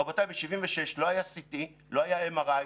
רבותיי, ב-76' לא היה CT, לא היה MRI,